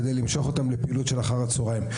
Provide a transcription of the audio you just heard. כדי למשוך אותם לפעילות של אחר-הצהריים.